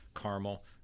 Caramel